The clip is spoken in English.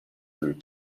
through